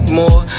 more